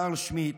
קרל שמיט,